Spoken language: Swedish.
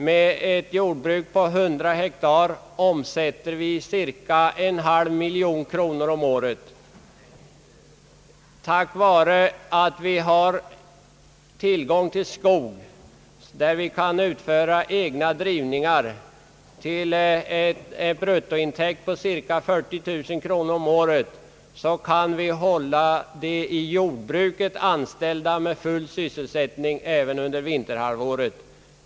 Med ett jordbruk på 100 hektar omsätter vi cirka en halv miljon kronor om året. Tack vare att vi har tillgång till skog, där vi kan utföra egna drivningar till en bruttointäkt på cirka 40 000 kronor per år, kan vi hålla de i jordbruket anställda med full sysselsättning även under vinterhalvåret.